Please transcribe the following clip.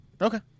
Okay